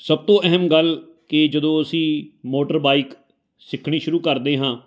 ਸਭ ਤੋਂ ਅਹਿਮ ਗੱਲ ਕਿ ਜਦੋਂ ਅਸੀਂ ਮੋਟਰ ਬਾਈਕ ਸਿੱਖਣੀ ਸ਼ੁਰੂ ਕਰਦੇ ਹਾਂ